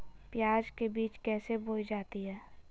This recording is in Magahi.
प्याज के बीज कैसे बोई जाती हैं?